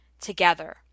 together